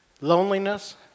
loneliness